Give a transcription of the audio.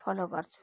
follow गर्छु